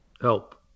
Help